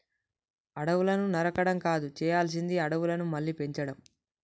అడవులను నరకడం కాదు చేయాల్సింది అడవులను మళ్ళీ పెంచడం